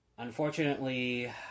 Unfortunately